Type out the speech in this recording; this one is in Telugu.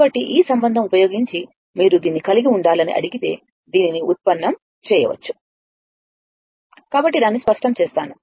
కాబట్టి ఈ సంబంధం ఉపయోగించి మీరు దీన్ని కలిగి ఉండాలని అడిగితే దీనిని ఉత్పన్నం చేయవచ్చు కాబట్టి దాన్ని స్పష్టం చేస్తాను